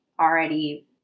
already